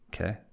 Okay